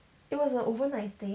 it was a overnight stay